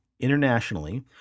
internationally